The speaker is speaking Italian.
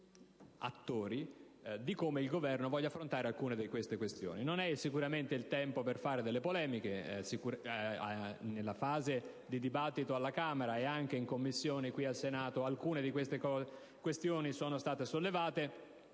Non è sicuramente il tempo di fare delle polemiche. Nel dibattito alla Camera e anche in Commissione qui al Senato alcune di tali questioni sono state sollevate,